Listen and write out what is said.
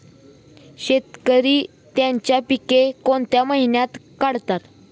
शेतकरी त्यांची पीके कोणत्या महिन्यात काढतात?